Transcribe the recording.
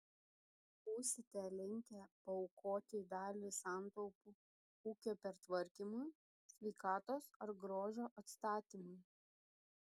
būsite linkę paaukoti dalį santaupų ūkio pertvarkymui sveikatos ar grožio atstatymui